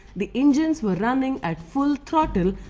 the engines were running at full throttle,